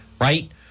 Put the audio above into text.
right